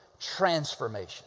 transformation